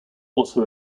also